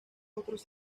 otros